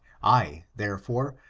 i, therefore,